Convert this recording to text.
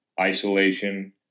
isolation